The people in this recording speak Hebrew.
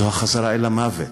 זאת החזרה אל המוות.